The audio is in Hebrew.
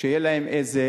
שיהיה להם איזה